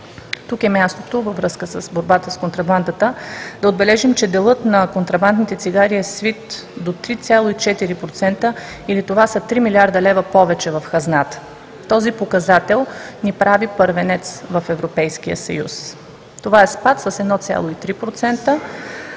Тук е мястото във връзка с борбата с контрабандата да отбележим, че делът на контрабандните цигари е свит до 3,4% или това са 3 млрд. лв. повече в хазната. Този показател ни прави първенец в Европейския съюз. Това е спад с 1,3%